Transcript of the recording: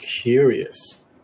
curious